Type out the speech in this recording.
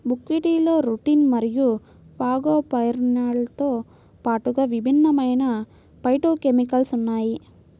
బుక్వీట్లో రుటిన్ మరియు ఫాగోపైరిన్లతో పాటుగా విభిన్నమైన ఫైటోకెమికల్స్ ఉన్నాయి